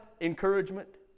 encouragement